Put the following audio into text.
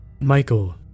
Michael